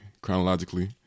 chronologically